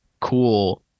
cool